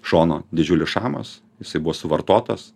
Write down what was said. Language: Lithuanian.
šono didžiulis šamas jisai buvo suvartotas